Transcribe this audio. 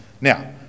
Now